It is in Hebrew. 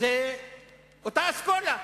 זו אותה אסכולה,